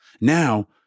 Now